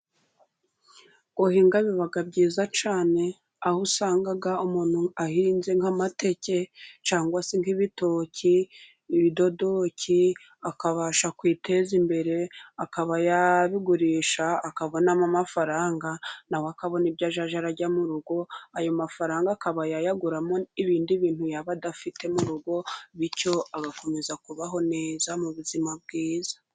Guhinga biba byiza cyane, aho usanga umuntu ahinze nk'amateke cyangwa se nk'ibitoki, bidodoki, akabasha kwiteza imbere, akaba yabigurisha, akabonamo amafaranga, nawe akabona ibyo azajya arya mu rugo, ayo mafaranga akaba yayaguramo ibindi bintu yaba adafite mu rugo, bityo agakomeza kubaho neza, mu buzima bwiza.